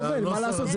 מה לעשות?